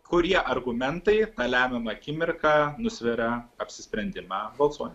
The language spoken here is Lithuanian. kurie argumentai lemiamą akimirką nusveria apsisprendimą balsuojant